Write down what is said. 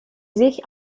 sich